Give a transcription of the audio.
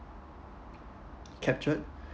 captured